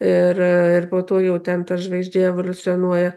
ir po to jau ten ta žvaigždė evoliucionuoja